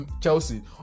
Chelsea